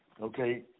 okay